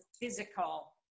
physical